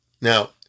Now